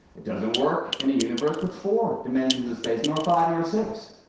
it doesn't work in a universe with four dimensions of space, nor five, nor six.